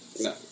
No